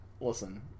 listen